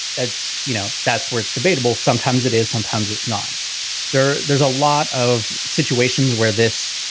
that's you know, that's where it's debatable. sometimes it is. sometimes it's not there. there's a lot of situations where this